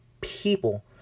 people